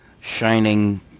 shining